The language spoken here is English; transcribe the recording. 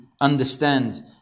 understand